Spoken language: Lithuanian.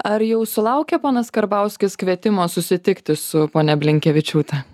ar jau sulaukė ponas karbauskis kvietimo susitikti su ponia blinkevičiūte